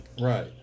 Right